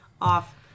off